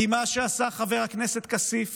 כי מה שעשה חבר הכנסת כסיף